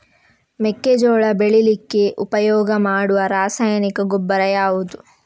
ಮೆಕ್ಕೆಜೋಳ ಬೆಳೀಲಿಕ್ಕೆ ಉಪಯೋಗ ಮಾಡುವ ರಾಸಾಯನಿಕ ಗೊಬ್ಬರ ಯಾವುದು?